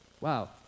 wow